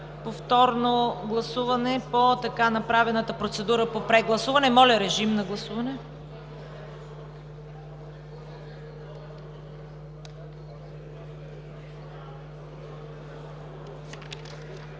Повторно гласуване по така направената процедура по прегласуване. Моля, гласувайте.